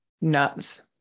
nuts